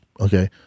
okay